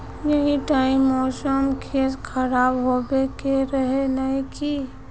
यही टाइम मौसम के खराब होबे के रहे नय की?